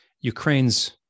Ukraine's